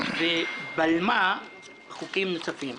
ובלמה חוקים נוספים.